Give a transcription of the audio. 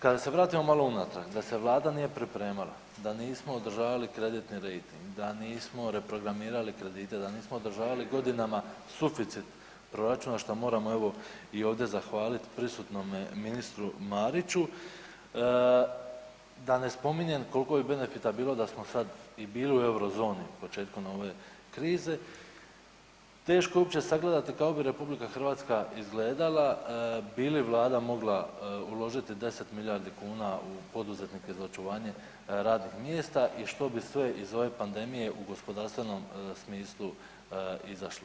Kada se vratimo malo unatrag, da se Vlada nije pripremala, da nismo održavali kreditni rejting, da nismo reprogramirali kredite, da nismo održavali godinama suficit proračuna, što moramo evo i ovdje zahvaliti prisutnome ministru Mariću, da ne spominjem koliko je benefita bilo da smo sad i bili u Eurozoni početkom ove krize, teško je uopće sagledati kako bi RH izgledala, bi li Vlada mogla uložiti 10 milijardi kuna u poduzetnike za očuvanje radnih mjesta i što bi sve iz ove pandemije u gospodarstvenom smislu izašlo.